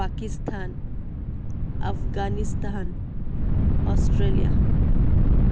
Pakistan Afghanistan Australia